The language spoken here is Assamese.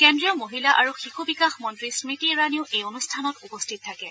কেন্দ্ৰীয় মহিলা আৰু শিশু বিকাশ মন্ত্ৰী স্মৃতি ইৰাণীও এই অনুষ্ঠানত উপস্থিত থাকে